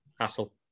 hassle